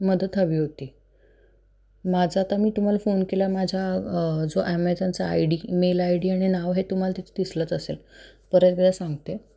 मदत हवी होती माझा आता मी तुम्हाला फोन केला माझ्या जो ॲमेझॉनचा I D mail I D आणि नाव हे तुम्हाला तिथ दिसलंच असेल परत सांगते